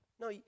No